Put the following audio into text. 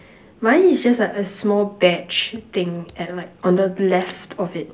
mine is just like a small badge thing at like on the left of it